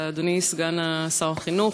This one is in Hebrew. אדוני סגן שר החינוך,